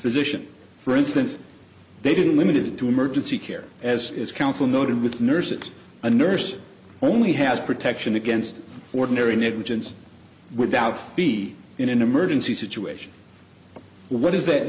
physician for instance they didn't limit it to emergency care as is counsel noted with nurses a nurse only has protection against ordinary negligence without be in an emergency situation well what does that